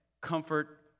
comfort